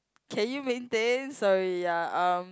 can you maintain sorry ya um